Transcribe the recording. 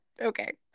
Okay